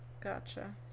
Gotcha